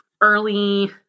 early